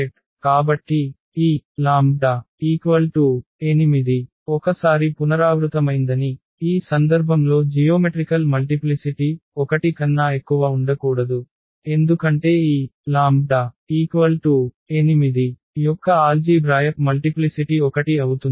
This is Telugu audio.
కాబట్టి ఈ λ 8 ఒకసారి పునరావృతమైందని ఈ సందర్భంలో జియోమెట్రికల్ మల్టిప్లిసిటి 1 కన్నా ఎక్కువ ఉండకూడదు ఎందుకంటే ఈ λ 8 యొక్క ఆల్జీభ్రాయక్ మల్టిప్లిసిటి 1 అవుతుంది